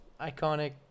iconic